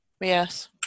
Yes